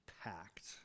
packed